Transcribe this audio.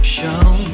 Show